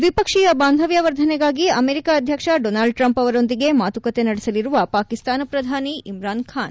ದ್ವಿಪಕ್ಷೀಯ ಬಾಂಧವ್ಯ ವರ್ಧನೆಗಾಗಿ ಅಮೆರಿಕಾ ಅಧ್ಯಕ್ಷ ಡೊನಾಲ್ಡ್ ಟ್ರಂಪ್ ಅವರೊಂದಿಗೆ ಮಾತುಕತೆ ನಡೆಸಲಿರುವ ಪಾಕಿಸ್ತಾನ ಪ್ರಧಾನಿ ಇಮ್ರಾನ್ ಖಾನ್